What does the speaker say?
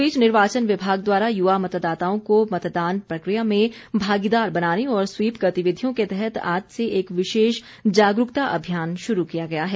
इस बीच निर्वाचन विभाग द्वारा युवा मतदाताओं को मतदान प्रक्रिया में भागीदार बनाने और स्वीप गतिविधियों के तहत आज से एक विशेष जागरूकता अभियान शुरू किया गया है